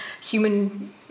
human